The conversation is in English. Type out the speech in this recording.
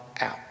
out